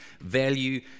value